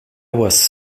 was